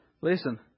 Listen